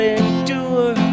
endure